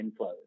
inflows